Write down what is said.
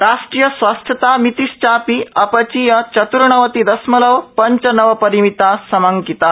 राष्ट्रिया स्वस्थता मितिश्चा अ चीय चतुर्णवति दशमलव च नव रिमिता समंकिता